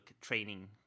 training